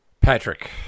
Patrick